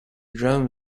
drum